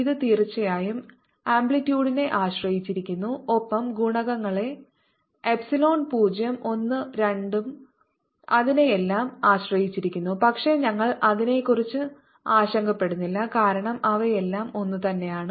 ഇത് തീർച്ചയായും ആമ്പ്ലിറ്റ്യൂഡിനെ ആശ്രയിച്ചിരിക്കുന്നു ഒപ്പം ഗുണകങ്ങളായ എപ്സിലോൺ 0 1 2 ഉം അതിനെയെല്ലാം ആശ്രയിച്ചിരിക്കുന്നു പക്ഷേ ഞങ്ങൾ അതിനെക്കുറിച്ച് ആശങ്കപ്പെടുന്നില്ല കാരണം അവയെല്ലാം ഒന്നുതന്നെയാണ്